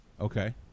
Okay